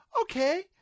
okay